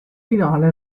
finale